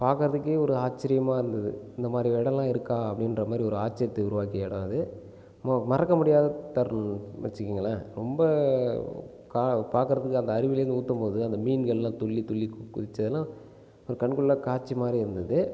பார்க்கிறதுக்கே ஒரு ஆச்சர்யமாக இருந்தது இந்த மாதிரி இடமெல்லாம் இருக்கா அப்படின்ற மாதிரி ஒரு ஆச்சர்யத்தை உருவாக்கிய இடம் அது மறக்க முடியாத தருணம்ன்னு வச்சுக்கோங்களேன் ரொம்ப பார்க்கிறதுக்கு அந்த அருவிலேருந்து ஊற்றும் போதும் அந்த மீன்களெலாம் துள்ளித்துள்ளி குதிச்சதெல்லாம் ஒரு கண்கொள்ளாக்காட்சி மாதிரி இருந்தது